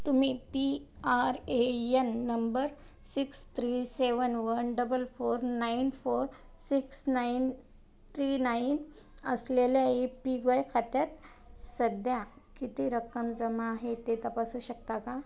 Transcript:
तुम्ही P R A N number six three seven one double four nine four six nine three nine असलेल्या A P Y खात्यात सध्या किती रक्कम जमा आहे ते तपासू शकता का